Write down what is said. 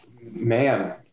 man